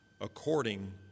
according